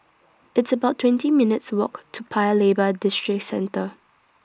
It's about twenty minutes' Walk to Paya Lebar Districentre